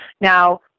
Now